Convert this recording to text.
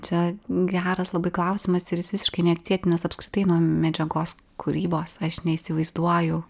čia geras labai klausimas ir jis visiškai neatsietinas apskritai nuo medžiagos kūrybos aš neįsivaizduoju